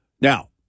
now